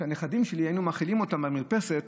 שהנכדים שלי היו מאכילים אותם מהמרפסת